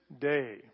day